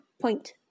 point